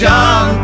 John